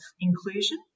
inclusion